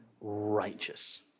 righteous